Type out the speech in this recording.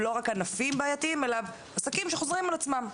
לא רק ענפים בעייתיים אלא עסקים בעייתיים סדרתיים.